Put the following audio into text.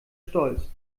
stolz